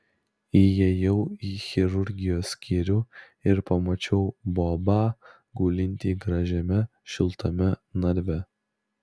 įėjau į chirurgijos skyrių ir pamačiau bobą gulintį gražiame šiltame narve